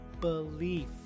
belief